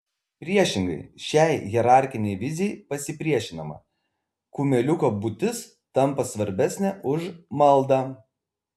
priešingai šiai hierarchinei vizijai pasipriešinama kumeliuko būtis tampa svarbesnė už maldą